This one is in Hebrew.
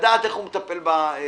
לדעת איך הוא מטפל ברכב.